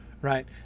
right